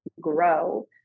grow